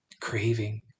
craving